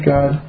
God